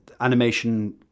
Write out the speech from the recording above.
animation